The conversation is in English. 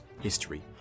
history